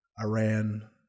Iran